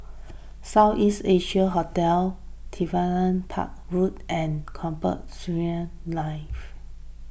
South East Asia Hotel Aviation Park Road and Combat Skirmish Live